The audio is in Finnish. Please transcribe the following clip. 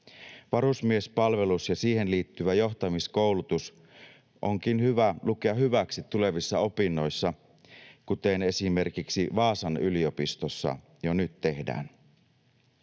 Varusmiespalvelus ja siihen liittyvä johtamiskoulutus onkin hyvä lukea hyväksi tulevissa opinnoissa, kuten esimerkiksi Vaasan yliopistossa jo nyt tehdään.